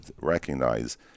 recognize